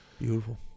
beautiful